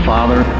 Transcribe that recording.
Father